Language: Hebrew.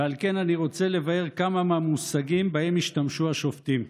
ועל כן אני רוצה לבאר כמה מהמושגים שבהם השתמשו השופטים.